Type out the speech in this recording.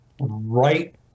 Right